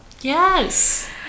Yes